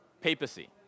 papacy